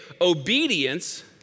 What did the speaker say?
obedience